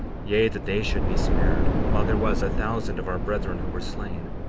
yea, that they should be spared while there was a thousand of our brethren who were slain.